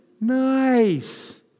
nice